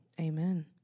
Amen